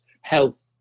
health